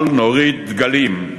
אל נוריד דגלים,